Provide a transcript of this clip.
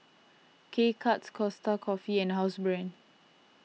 K Cuts Costa Coffee and Housebrand